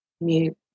mute